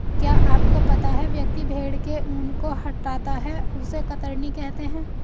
क्या आपको पता है व्यक्ति भेड़ के ऊन को हटाता है उसे कतरनी कहते है?